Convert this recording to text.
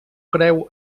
creu